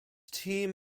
team